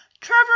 Trevor